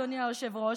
אדוני היושב-ראש,